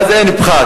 ואז אין פחת.